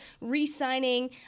re-signing